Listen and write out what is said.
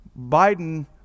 Biden